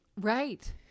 Right